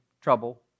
trouble